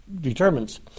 determines